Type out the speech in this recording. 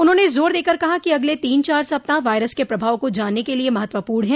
उन्होंने जोर देकर कहा कि अगले तीन चार सप्ताह वायरस के प्रभाव को जानने के लिए महत्वपूर्ण हैं